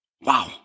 wow